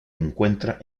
encuentra